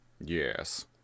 yes